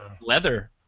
Leather